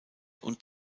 und